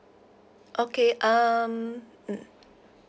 okay um mm